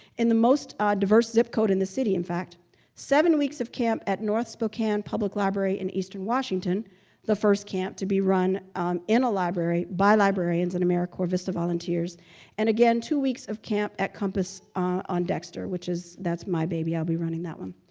in the most ah diverse zip code in the city in fact seven weeks of camp at north spokane public library in eastern washington the first camp to be run um in a library by librarians and americorps vista volunteers and again two weeks of camp at compass on dexter which is that's my baby i'll be running that one.